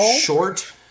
short